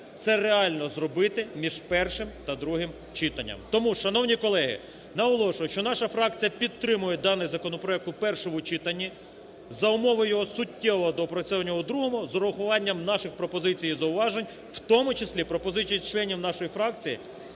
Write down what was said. це реально зробити між першим та другим читання. Тому, шановні колеги, наголошую, що наша фракція підтримує даний законопроект в першому читанні, за умовою його суттєвого доопрацювання у другому, з врахуванням наших пропозицій і зауважень в тому числі пропозицій членів нашої фракції